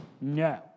No